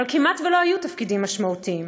אבל כמעט שלא היו תפקידים משמעותיים,